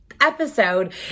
episode